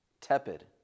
tepid